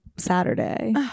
Saturday